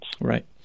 Right